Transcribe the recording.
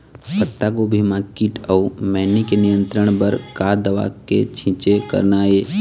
पत्तागोभी म कीट अऊ मैनी के नियंत्रण बर का दवा के छींचे करना ये?